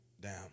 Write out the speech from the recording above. down